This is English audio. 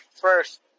first